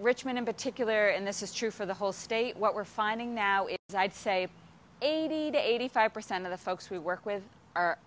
richmond in particular and this is true for the whole state what we're finding now it died say eighty to eighty five percent of the folks who work with are